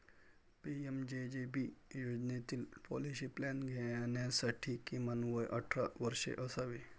PMJJB योजनेतील policy plan घेण्यासाठी किमान वय अठरा वर्षे असावे